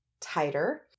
tighter